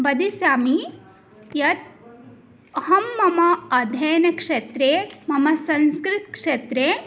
वदिष्यामि यत् अहं मम अध्ययनक्षेत्रे मम संस्कृतक्षेत्रे